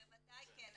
בוודאי כן.